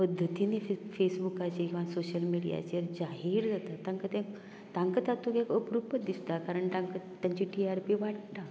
पद्दतीनी फेसबूकाचेर वा सोशल मिडियाचेर जाहीर जाता तांकां तें तांकां तातूंत एक अप्रुप दिसता कारण तांका तांची टिआरपी वाडटा